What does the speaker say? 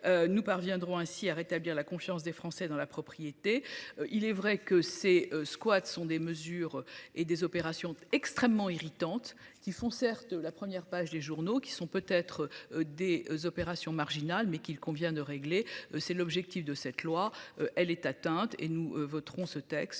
Nous parviendront ainsi à rétablir la confiance des Français dans la propriété. Il est vrai que ces squats sont des mesures et des opérations extrêmement irritante qui font certes la première page des journaux qui sont peut être des opérations marginal mais qu'il convient de régler. C'est l'objectif de cette loi, elle est atteinte et nous voterons ce texte